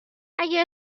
اگر